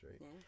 right